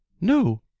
no